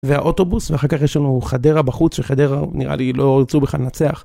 והאוטובוס, ואחר כך יש לנו חדרה בחוץ שחדרה, נראה לי, לא ירצו בכלל נצח.